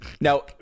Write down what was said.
now